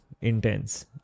Intense